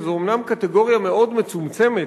שזה אומנם קטגוריה מאוד מצומצמת,